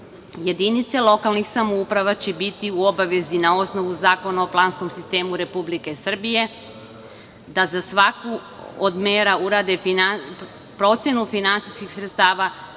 programa. Jedinice lokalnih samouprava će biti u obavezi, na osnovu Zakona o planskom sistemu Republike Srbije, da za svaku od mera urade procenu finansijskih sredstava,